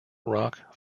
rock